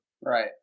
Right